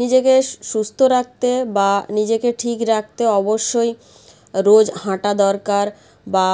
নিজেকে সুস্থ রাখতে বা নিজেকে ঠিক রাখতে অবশ্যই রোজ হাঁটা দরকার বা